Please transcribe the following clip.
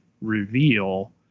reveal